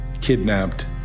kidnapped